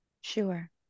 sure